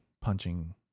punching